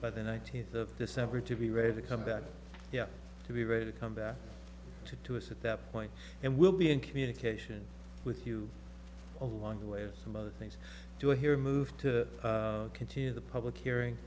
by the nineteenth of december to be ready to come back to be ready to come back to us at that point and we'll be in communication with you along the way or some other things to here move to continue the public hearing